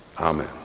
amen